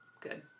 Good